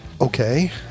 Okay